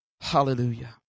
Hallelujah